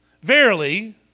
verily